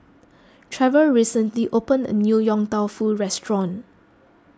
Trevor recently opened a new Yong Tau Foo restaurant